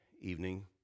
evening